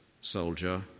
soldier